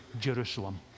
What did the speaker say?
Jerusalem